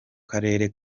karere